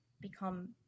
become